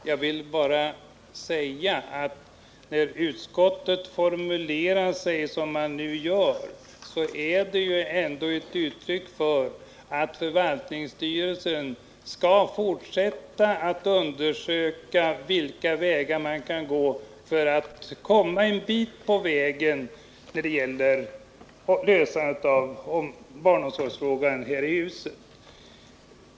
Herr talman! När utskottet formulerar sig så som det nu gör, är det ändå ett uttryck för att förvaltningsstyrelsen skall fortsätta att undersöka vilka vägar man kan gå för att komma en bit framåt för att lösa barnomsorgsfrågan här i huset.